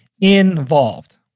involved